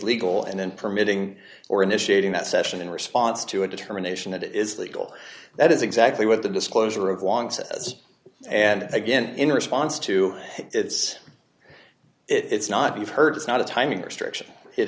legal and in permitting or initiating that session in response to a determination that it is legal that is exactly what the disclosure of wong says and again in response to it's it's not you've heard it's not a timing restriction it